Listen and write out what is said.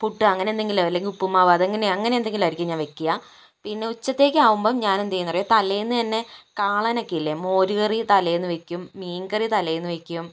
പുട്ട് അങ്ങനെന്തെങ്കിലും അല്ലെങ്കിൽ ഉപ്പുമാവ് അതങ്ങനെ എന്തെങ്കിലുമായിരിക്കും ഞാൻ വെക്കുക പിന്നെ ഉച്ചത്തേക്കാകുമ്പോൾ ഞാനെന്തു ചെയ്യുമെന്നറിയുമോ തലേന്നു തന്നെ കാളനൊക്കെയില്ലേ മോരുകറി തലേന്ന് വയ്ക്കും മീൻകറി തലേന്നുവയ്ക്കും